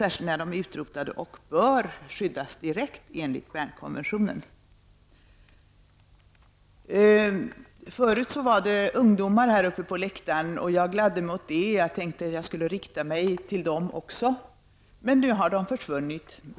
Särskilt gäller det sådana utrotningshotade arter som direkt bör skyddas enligt Bern-konventionen. För en stund sedan var det en del ungdomar uppe på läktaren, och jag gladde mig åt det. Jag tänkte att jag skulle rikta mig också till dem, men nu har de försvunnit.